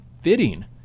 fitting